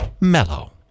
mellow